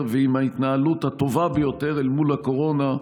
ועם ההתנהלות הטובה ביותר מול הקורונה,